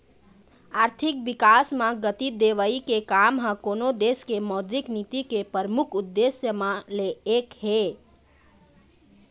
आरथिक बिकास म गति देवई के काम ह कोनो देश के मौद्रिक नीति के परमुख उद्देश्य म ले एक हे